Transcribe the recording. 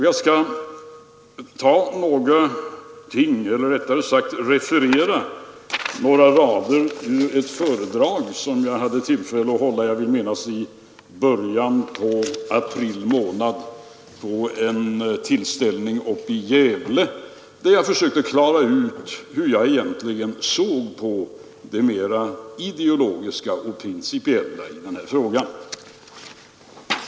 Jag skall referera några rader ur ett föredrag som jag hade tillfälle att hålla vid en tillställning uppe i Gävle, som jag vill minnas ägde rum i början av april. Jag försökte där klara ut hur jag egentligen såg på det mer ideologiska och principiella i den här frågan.